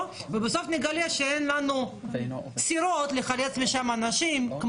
ונתחיל לגלות שאין לנו סירות לחלץ משם אנשים,